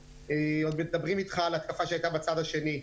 עוד מדברים איתך על התקפה שהייתה בצד השני,